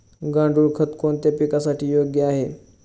गांडूळ खत कोणत्या पिकासाठी योग्य आहे?